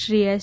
Shri S